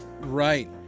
Right